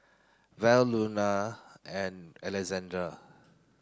Val Luana and Alexander